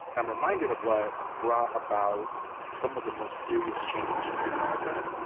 i'm reminded of what brought about some of the most serious change in america.